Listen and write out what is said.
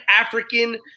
African